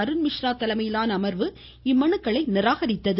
அருண்மிஸ்ரா தலைமையிலான அமர்வு இம்மனுக்களை நிராகரித்தது